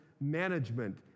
management